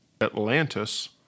Atlantis